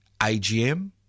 AGM